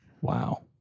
Wow